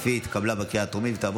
אף היא התקבלה בקריאה הטרומית ותעבור